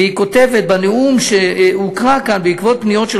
והיא כותבת בנאום שהוקרא כאן: בעקבות פניות של